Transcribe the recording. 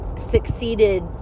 succeeded